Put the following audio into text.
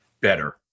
better